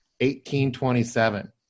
1827